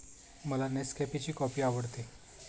मला नेसकॅफेची कॉफी आवडते